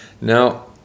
Now